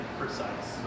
precise